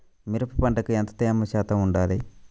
మిరప పంటకు ఎంత తేమ శాతం వుండాలి?